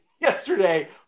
Yesterday